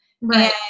Right